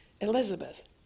Elizabeth